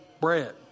bread